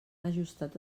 ajustat